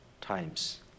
times